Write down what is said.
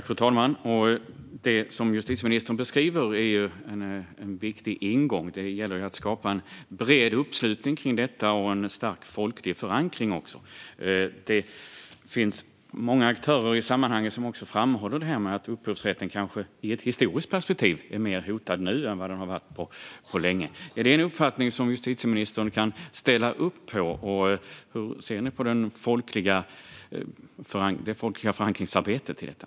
Fru talman! Det som justitieministern beskriver är en viktig ingång. Det gäller att skapa en bred uppslutning kring detta och en stark folklig förankring. Det finns många aktörer i sammanhanget som framhåller detta med att upphovsrätten i ett historiskt perspektiv är mer hotad nu än på länge. Är det en uppfattning som justitieministern kan ställa upp på? Hur ser ni på arbetet med folklig förankring i detta?